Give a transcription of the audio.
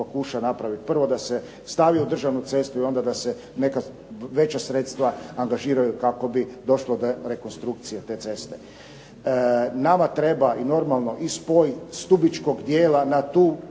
pokuša napraviti. Prvo da se stavi u državnu cestu i onda da se neka veća sredstva angažiraju kako bi došlo do rekonstrukcije te ceste. Nama treba i normalno i spoj stubičkog dijela na tu